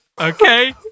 okay